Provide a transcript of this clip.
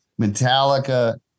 Metallica